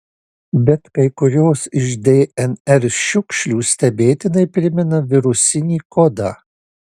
bet kai kurios iš dnr šiukšlių stebėtinai primena virusinį kodą